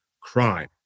crime